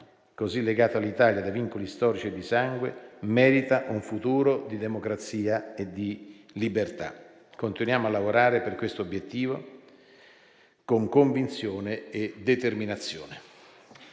così legato all'Italia da vincoli storici e di sangue, merita un futuro di democrazia e di libertà. Continuiamo a lavorare per questo obiettivo con convinzione e determinazione.